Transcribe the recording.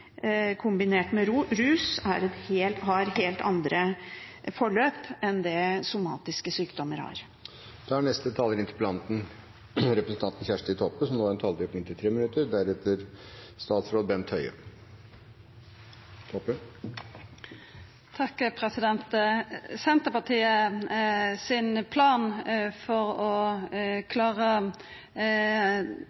kombinert med rus har helt andre forløp enn det somatiske sykdommer har. Senterpartiet sin plan for å